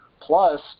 Plus